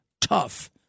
tough